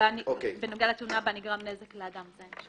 בנוגע לתאונה בה נגרם נזק לאדם.